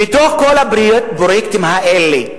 מכל הפרויקטים האלה,